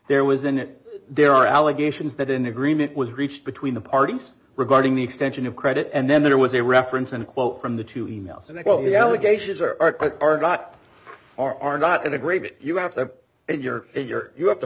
there was in it there are allegations that in agreement was reached between the parties regarding the extension of credit and then there was a reference and a quote from the two emails and i quote the allegations are that are not are not integrated you have to enter your you have to